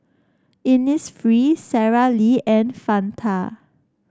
Innisfree Sara Lee and Fanta